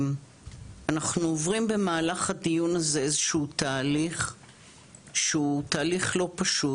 אנחנו עוברים במהלך הדיון הזה איזשהו תהליך שהוא תהליך לא פשוט.